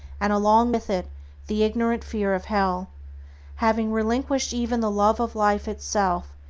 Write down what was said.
and along with it the ignorant fear of hell having relinquished even the love of life itself,